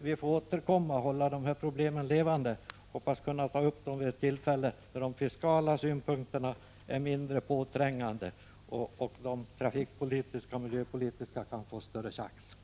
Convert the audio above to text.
Vi får hålla de här problemen levande och återkomma. Jag hoppas vi kan ta upp dem vid ett tillfälle när de fiskala synpunkterna är mindre påträngande och de trafikpolitiska och miljöpolitiska kan få större chans.